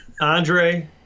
Andre